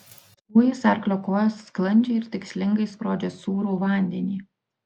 uis arklio kojos sklandžiai ir tikslingai skrodžia sūrų vandenį